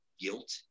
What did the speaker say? guilt